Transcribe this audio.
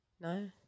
No